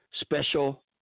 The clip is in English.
special